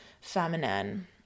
feminine